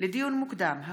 לדיון מוקדם,